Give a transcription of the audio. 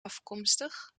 afkomstig